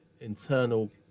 internal